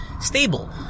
stable